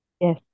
Yes